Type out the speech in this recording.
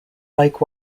like